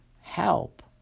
help